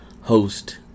host